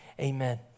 amen